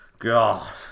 God